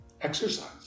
Exercise